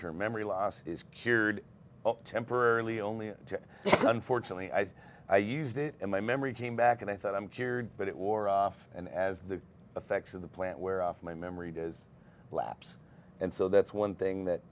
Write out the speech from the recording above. term memory loss is cured temporarily only unfortunately i think i used it in my memory came back and i thought i'm cured but it wore off and as the effects of the plant wear off my memory does lapse and so that's one thing that